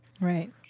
Right